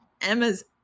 Emma's